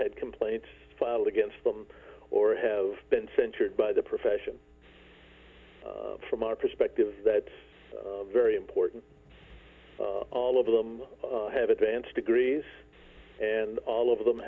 had complaints filed against them or have been censured by the profession for from our perspective that's very important for all of them have advanced degrees and all of them